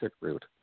route